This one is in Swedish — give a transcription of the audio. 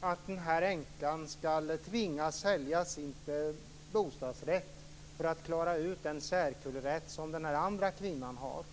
att änkan skall tvingas sälja sin bostadsrätt för att klara ut den särkullerätt som den andra kvinnan har?